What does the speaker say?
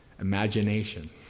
imagination